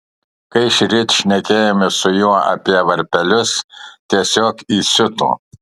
kai šįryt šnekėjomės su juo apie varpelius tiesiog įsiuto